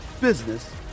business